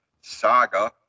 saga